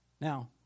Now